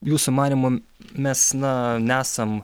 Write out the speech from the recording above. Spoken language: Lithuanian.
jūsų manymu mes na nesam